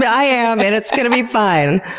but i am, and it's gonna be fine.